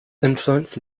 influence